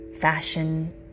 fashion